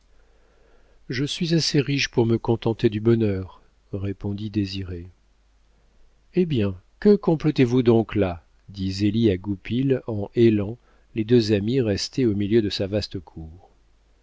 je suis assez riche pour me contenter du bonheur répondit désiré eh bien que complotez vous donc là dit zélie à goupil en hélant les deux amis restés au milieu de sa vaste cour